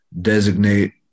designate